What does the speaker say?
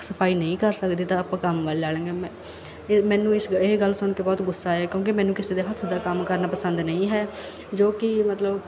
ਸਫ਼ਾਈ ਨਹੀਂ ਕਰ ਸਕਦੇ ਤਾਂ ਆਪਾਂ ਕੰਮ ਵਾਲੀ ਲਾ ਲਾਂਗੇ ਮੈਨੂੰ ਇਸ ਇਹ ਗੱਲ ਸੁਣਕੇ ਬਹੁਤ ਗੁੱਸਾ ਆਇਆ ਕਿਉਂਕਿ ਮੈਨੂੰ ਕਿਸੇ ਦੇ ਹੱਥ ਦਾ ਕੰਮ ਕਰਨਾ ਪਸੰਦ ਨਹੀਂ ਹੈ ਜੋ ਕਿ ਮਤਲਬ